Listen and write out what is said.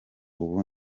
ubu